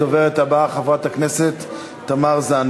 הדוברת הבאה, חברת הכנסת זנדברג.